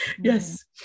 Yes